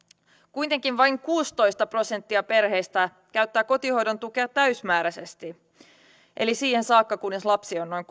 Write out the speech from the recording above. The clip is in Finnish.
kuitenkin vain kuusitoista prosenttia perheistä käyttää kotihoidon tukea täysimääräisesti eli siihen saakka kunnes lapsi on noin